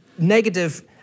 negative